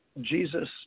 Jesus